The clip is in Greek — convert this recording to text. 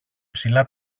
ψηλά